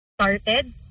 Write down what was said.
started